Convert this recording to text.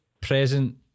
present